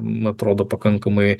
man atrodo pakankamai